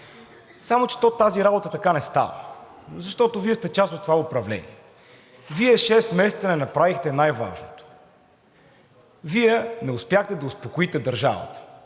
Само че то тази работа така не става, защото Вие сте част от това управление. Вие шест месеца не направихте най-важното – Вие не успяхте да успокоите държавата,